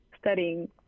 studying